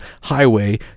highway